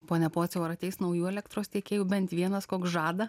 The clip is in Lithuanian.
pone pociau ar ateis naujų elektros tiekėjų bent vienas koks žada